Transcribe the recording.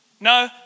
No